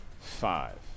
Five